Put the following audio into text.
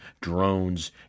drones